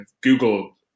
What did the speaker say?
google